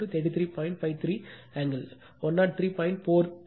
53 angle 103